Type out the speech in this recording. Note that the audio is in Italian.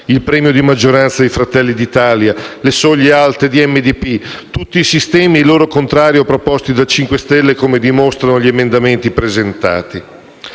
il premio di maggioranza di Fratelli d'Italia, le soglie alte di MDP, tutti i sistemi e il loro contrario proposti dal Movimento 5 Stelle, come dimostrano gli emendamenti presentati